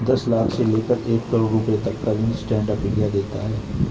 दस लाख से लेकर एक करोङ रुपए तक का ऋण स्टैंड अप इंडिया देता है